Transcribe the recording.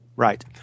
right